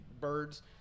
birds